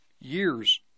years